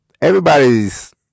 everybody's